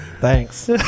Thanks